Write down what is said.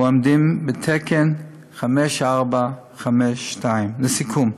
העומדים בתקן 5452. לסיכום,